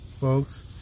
Folks